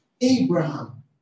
Abraham